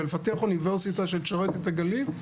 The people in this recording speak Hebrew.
ולפתח אוניברסיטה שתשרת את הגליל,